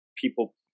people